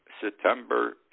September